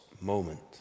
moment